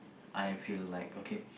I feel like okay